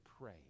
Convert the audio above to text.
pray